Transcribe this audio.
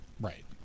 Right